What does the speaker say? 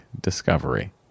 Discovery